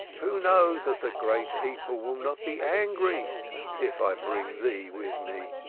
who knows that the great people will not be angry if i bring thee with me?